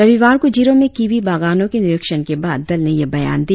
रविवार को जिरो में कीवी बागानों के निरीक्षण के बाद दल ने यह बयान दिया